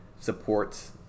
supports